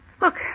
Look